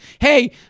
hey